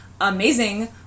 amazing